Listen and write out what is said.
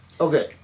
okay